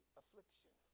affliction